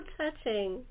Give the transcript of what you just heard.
touching